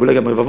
ואולי גם רבבות,